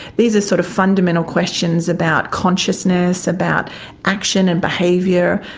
these are sort of fundamental questions about consciousness, about action and behaviour,